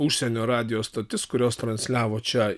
užsienio radijo stotis kurios transliavo čia